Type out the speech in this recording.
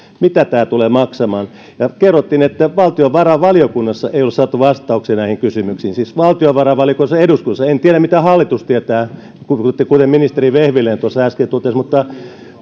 mitä tämä tulee maksamaan ja kerrottiin että valtiovarainvaliokunnassa ei olla saatu vastauksia näihin kysymyksiin siis valtiovarainvaliokunnassa eduskunnassa en tiedä mitä hallitus tietää kuten ministeri vehviläinen tuossa äsken totesi mutta